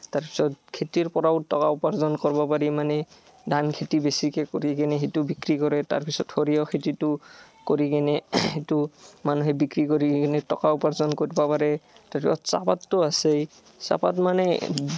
তাৰপিছত খেতিৰ পৰাও টকা উপাৰ্জন কৰব পাৰি মানে ধানখেতি বেছিকৈ কৰি কিনে সেইটো বিক্ৰী কৰে তাৰপিছত সৰিয়হ খেতিটো কৰি কিনে সেইটো মানুহে বিক্ৰী কৰি কিনে টকা উপাৰ্জন কৰব পাৰে তাৰপিছত চাহপাতটো আছেই চাহপাত মানে